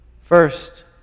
First